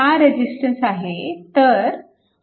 हा रेजिस्टन्स आहे